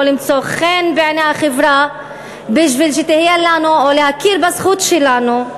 למצוא חן בעיני החברה בשביל להכיר בזכות שלנו,